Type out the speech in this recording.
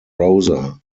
rosa